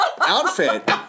outfit